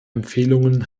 empfehlungen